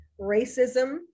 racism